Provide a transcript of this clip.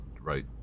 right